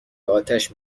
اتش